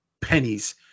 pennies